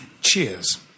Cheers